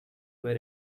where